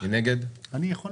אני ממשיכה